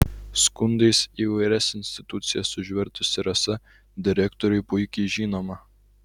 skundais įvairias institucijas užvertusi rasa direktoriui puikiai žinoma